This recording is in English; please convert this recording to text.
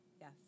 Yes